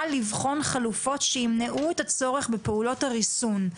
לבחון חלופות שימנעו את הצורך בפעולות הריסון.